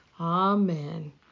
Amen